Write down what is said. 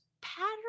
pattern